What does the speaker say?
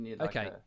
okay